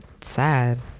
sad